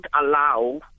allow